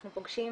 אנחנו פוגשים